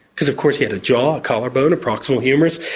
because of course he had a jaw, a collarbone, a proximal humerus,